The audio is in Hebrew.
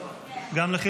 כן.